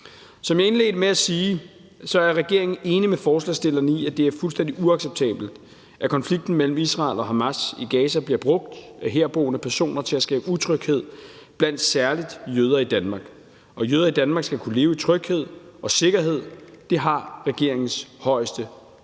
Som jeg indledte med at sige, er regeringen enig med forslagsstillerne i, at det er fuldstændig uacceptabelt, at konflikten mellem Israel og Hamas i Gaza bliver brugt af herboende personer til at skabe utryghed blandt særlig jøder i Danmark. Jøder i Danmark skal kunne leve i tryghed og sikkerhed; det har regeringens højeste prioritet.